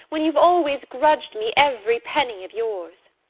when you've always grudged me every penny of yours!